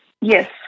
Yes